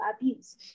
abuse